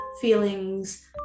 feelings